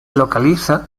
localiza